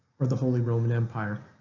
or the holy roman empire.